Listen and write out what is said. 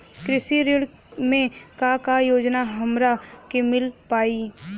कृषि ऋण मे का का योजना हमरा के मिल पाई?